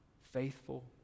faithful